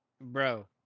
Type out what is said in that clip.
Bro